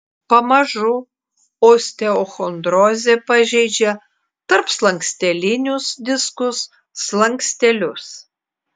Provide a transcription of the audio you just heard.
pamažu osteochondrozė pažeidžia tarpslankstelinius diskus slankstelius